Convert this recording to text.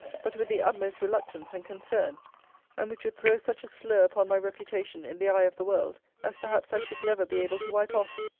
but with the utmost reluctance and concern and which would throw such a slur upon my reputation in the eye of the world, as perhaps i should never be able to wipe off